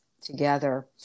together